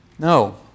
No